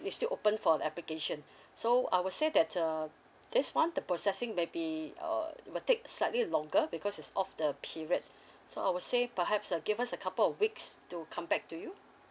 it's still open for application so I would say that uh this one the processing maybe err may take slightly longer because it's off the period so I'll say perhaps uh give us a couple weeks to come back to you